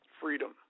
freedom